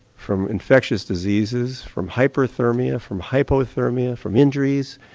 from infectious diseases, from hyperthermia, from hypothermia, from injuries.